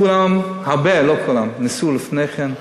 כולם, הרבה, לא כולם, ניסו לפני כן.